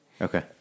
Okay